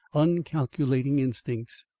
uncalculating instincts.